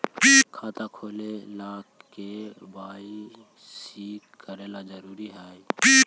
खाता खोले ला के दवाई सी करना जरूरी है?